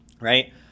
right